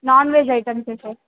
non veg ఐటెమ్సే sir